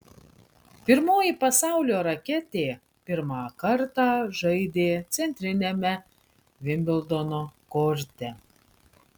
pirmoji pasaulio raketė pirmą kartą žaidė centriniame vimbldono korte